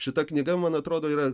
šita knyga man atrodo yra